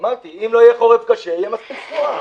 אמרתי, אם לא יהיה חורף תהיה מספיק סחורה.